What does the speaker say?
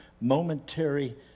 momentary